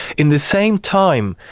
in the same time,